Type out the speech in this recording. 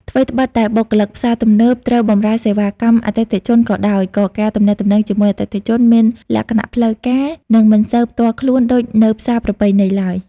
ថ្វីត្បិតតែបុគ្គលិកផ្សារទំនើបត្រូវបម្រើសេវាកម្មអតិថិជនក៏ដោយ ក៏ការទំនាក់ទំនងជាមួយអតិថិជនមានលក្ខណៈផ្លូវការ និងមិនសូវផ្ទាល់ខ្លួនដូចនៅផ្សារប្រពៃណីឡើយ។